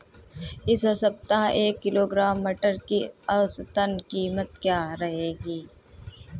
इस सप्ताह एक किलोग्राम मटर की औसतन कीमत क्या रहेगी?